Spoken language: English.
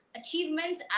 achievements